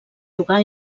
jugar